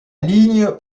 ligne